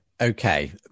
okay